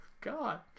god